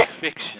fiction